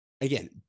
again